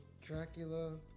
Dracula